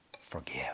forgive